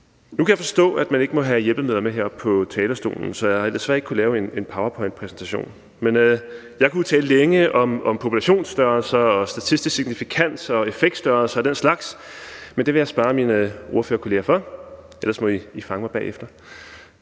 Nu kan jeg forstå, at man ikke må have hjælpemidler med op på talerstolen, så jeg har desværre ikke kunnet lave en powerpointpræsentation. Jeg kunne tale længe om populationsstørrelser og statistisk signifikans, effektstørrelser og den slags, men det vil jeg spare mine ordførerkollegaer for – ellers må I fange mig bagefter.